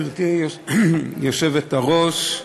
גברתי היושבת-ראש,